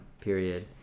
Period